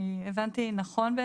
אני הבנתי נכון?